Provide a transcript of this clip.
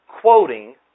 quoting